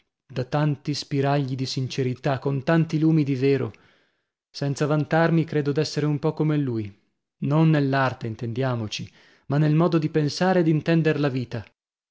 da tanti spiragli di sincerità con tanti lumi di vero senza vantarmi credo d'essere un po come lui non nell'arte intendiamoci ma nel modo di pensare e d'intender la vita